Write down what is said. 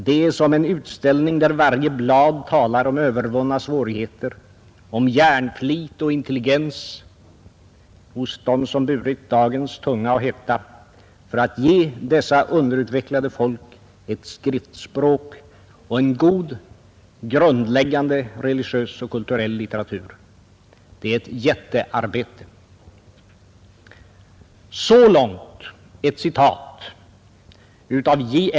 Det är som en utställning där varje blad talar om övervunna svårigheter, om hjärnflit och intelligens hos dem som burit dagens tunga och hetta för att ge dessa underutvecklade folk ett skriftspråk och en god grundläggande religiös och kulturell litteratur. Det är ett jättearbete.” Så långt lyder ett citat utav J.